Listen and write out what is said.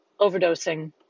overdosing